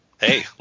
Hey